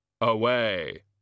away